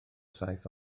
saith